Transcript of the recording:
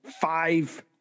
five